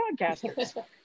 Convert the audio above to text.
podcasters